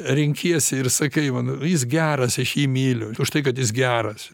renkiesi ir sakai va nu jis geras aš jį myliu už tai kad jis geras